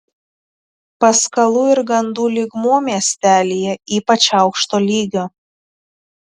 paskalų ir gandų lygmuo miestelyje ypač aukšto lygio